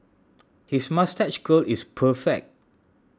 his moustache curl is perfect